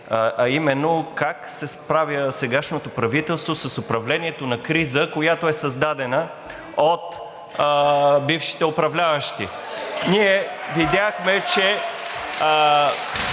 а именно, как се справя сегашното правителство с управлението на криза, която е създадена от бившите управляващи. (Ръкопляскания